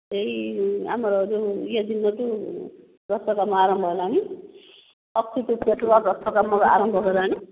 ଏହି ଆମର ଯେଉଁ ଇଏ ଦିନ ଠୁ ରଥ କାମ ଆରମ୍ଭ ହେଲାଣି ଅକ୍ଷିତୃତୀୟା ଠୁ ରଥ କାମ ଆରମ୍ଭ ହେଲାଣି